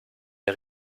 der